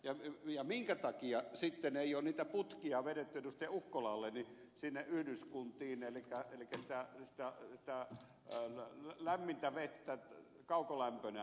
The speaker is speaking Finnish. ukkolalle siitä minkä takia sitten ei ole niitä putkia vedetty sinne yhdyskuntiin elikkä sitä lämmintä vettä kaukolämpönä